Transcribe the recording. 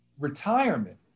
retirement